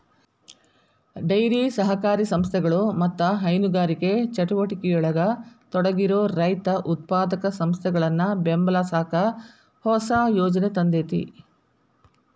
dairy ಸಹಕಾರಿ ಸಂಸ್ಥೆಗಳು ಮತ್ತ ಹೈನುಗಾರಿಕೆ ಚಟುವಟಿಕೆಯೊಳಗ ತೊಡಗಿರೋ ರೈತ ಉತ್ಪಾದಕ ಸಂಸ್ಥೆಗಳನ್ನ ಬೆಂಬಲಸಾಕ ಹೊಸ ಯೋಜನೆ ತಂದೇತಿ